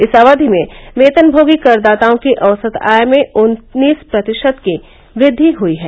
इस अवधि में वेतनमोगी करदाताओं की औसत आय में उन्नीस प्रतिशत की वृद्वि हुई है